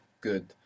Good